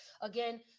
again